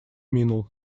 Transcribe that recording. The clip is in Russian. минул